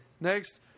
Next